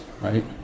right